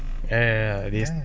ya ya ya this